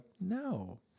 no